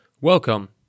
Welcome